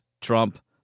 Trump